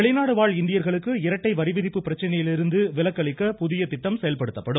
வெளிநாடு வாழ் இந்தியர்களுக்கு இரட்டை வரி விதிப்பு பிரச்சனையிலிருந்து விலக்கு அளிக்க புதிய திட்டம் செயல்படுத்தப்படும்